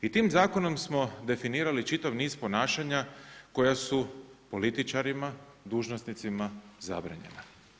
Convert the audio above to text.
I tim zakonom smo definirali čitav niz ponašanja koja su političarima, dužnosnicima zabranjena.